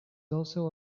also